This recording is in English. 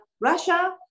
Russia